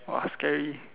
!wah! scary